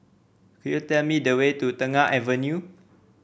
could you tell me the way to Tengah Avenue